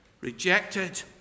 rejected